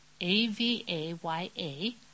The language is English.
A-V-A-Y-A